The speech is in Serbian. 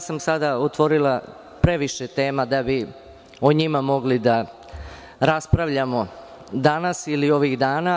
sam otvorila previše tema, da bi o njima mogli da raspravljamo danas ili ovih dana.